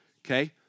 okay